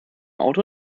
auto